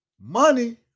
Money